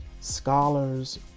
scholars